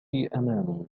أمامي